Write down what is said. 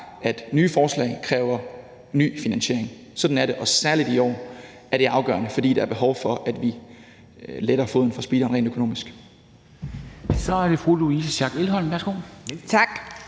at nye forslag kræver ny finansiering. Sådan er det, og særlig i år er det afgørende, fordi der er behov for, at vi letter foden fra speederen rent økonomisk. Kl. 09:43 Formanden (Henrik Dam